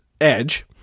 Edge